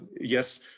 Yes